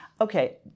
Okay